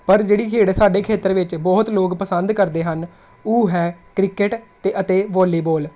ਪਰ ਜਿਹੜੀ ਖੇਡ ਸਾਡੇ ਖੇਤਰ ਵਿੱਚ ਬਹੁਤ ਲੋਕ ਪਸੰਦ ਕਰਦੇ ਹਨ ਉਹ ਹੈ ਕ੍ਰਿਕਟ ਅਤੇ ਅਤੇ ਵੋਲੀਬੋਲ